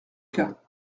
cas